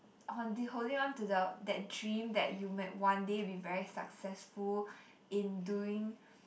holding onto the that dream that you might one day be very successful in doing